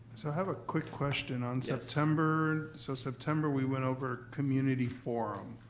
so have a quick question. on september, so september we went over community forum.